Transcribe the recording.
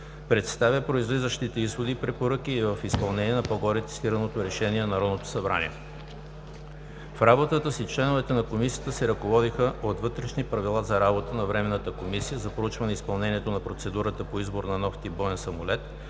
представя произлизащите изводи и препоръки и е в изпълнение на по-горе цитираното решение на Народното събрание. В работата си членовете на комисия се ръководеха от Вътрешни правила за работа на Времената комисия за проучване изпълнението на процедурата по избор на нов тип боен самолет,